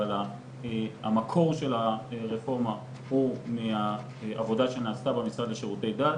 אבל המקור של הרפורמה הוא מהעבודה שנעשתה במשרד לשירותי דת